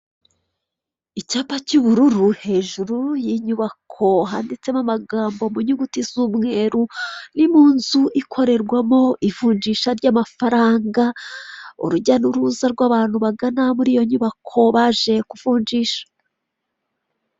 Icyapa cy'ubururu hejuru y'inyubako handitsemo amagambo mu nyuguti z'umweru. Ni mu nzu ikorerwama ivunjisha ry'amafaranga, urujya n'uruza ry'abantu bagana muri iyo nyubako baje kuvunjisha.